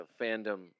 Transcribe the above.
fandom